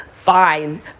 Fine